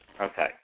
Okay